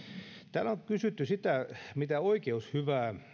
täällä on kysytty sitä mitä oikeushyvää